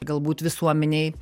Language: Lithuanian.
galbūt visuomenei